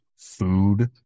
Food